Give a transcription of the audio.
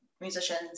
musicians